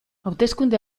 hauteskunde